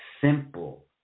simple